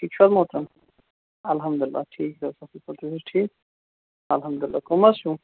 ٹھیٖک چھِو حظ محترم اَلحَمدُاللہ ٹھیٖک حظ شُکُر تُہۍ چھِو ٹھیٖک اَلحَمدُاللہ کٕم حظ چھِو